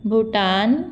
Bhutan